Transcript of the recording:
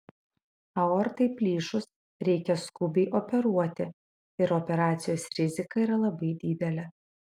aortai plyšus reikia skubiai operuoti ir operacijos rizika yra labai didelė